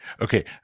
okay